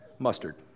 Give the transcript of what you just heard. mustard